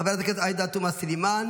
חברת הכנסת עאידה תומא סלימאן.